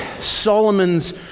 Solomon's